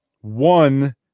one